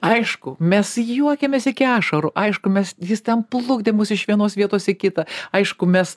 aišku mes juokėmės iki ašarų aišku mes jis ten plukdė mus iš vienos vietos į kitą aišku mes